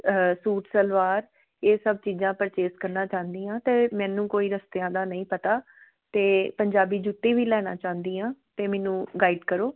suit salwar ਇਹ ਸਭ ਚੀਜ਼ਾਂ ਪਰਚੇਸ ਕਰਨਾ ਚਾਹੁੰਦੀ ਹਾਂ ਅਤੇ ਮੈਨੂੰ ਕੋਈ ਰਸਤਿਆਂ ਦਾ ਨਹੀਂ ਪਤਾ ਅਤੇ ਪੰਜਾਬੀ ਜੁੱਤੀ ਵੀ ਲੈਣਾ ਚਾਹੁੰਦੀ ਹਾਂ ਅਤੇ ਮੈਨੂੰ ਗਾਈਡ ਕਰੋ